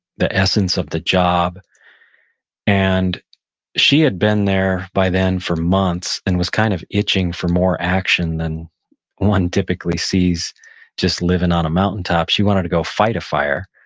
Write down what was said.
the essence of the job and she had been there, by then, for months and was kind of itching for more action than one typically sees just living on a mountaintop. she wanted to go fight a fire.